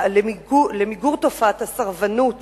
למיגור תופעת הסרבנות,